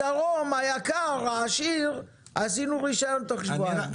בדרום היה קר, עשינו רישיון תוך שבועיים.